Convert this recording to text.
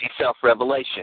self-revelation